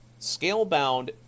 Scalebound